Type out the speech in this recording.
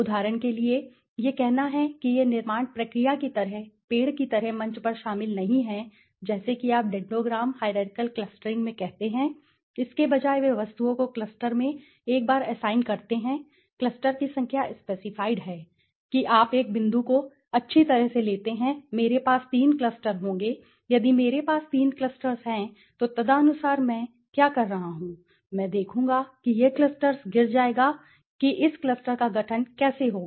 उदाहरण के लिए यह कहना है कि यह निर्माण प्रक्रिया की तरह पेड़ की तरह मंच पर शामिल नहीं है जैसे कि आप डेंडोग्राम हाईरारकिअल क्लस्टरिंग में कहते हैं इसके बजाय वे वस्तुओं को क्लस्टर में एक बार असाइन करते हैं क्लस्टर की संख्या स्पेसिफाइड है कि आप एक बिंदु को अच्छी तरह से लेते हैं मेरे पास तीन क्लस्टर होंगे यदि मेरे पास तीन क्लस्टर्स हैं तो तदनुसार मैं क्या कर रहा हूं मैं देखूंगा कि यह क्लस्टर्स गिर जाएगा कि इस क्लस्टर का गठन कैसे होगा